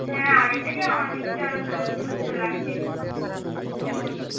হ্যাঁ আগের থেকে অনেকটা তো সুস্থ লাগছে মোটামুটি